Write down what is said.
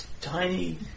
Tiny